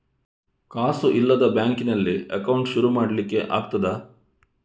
ಕಾಸು ಇಲ್ಲದ ಬ್ಯಾಂಕ್ ನಲ್ಲಿ ಅಕೌಂಟ್ ಶುರು ಮಾಡ್ಲಿಕ್ಕೆ ಆಗ್ತದಾ?